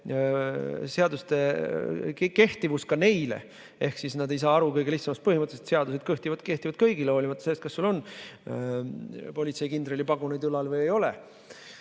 seaduste kehtivus ka neile, st nad ei saa aru kõige lihtsamatest põhimõtetest ega sellest, et seadused kehtivad kõigile, hoolimata sellest, kas sul on politseikindrali pagunid õlal või ei ole,